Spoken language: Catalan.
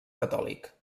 catòlic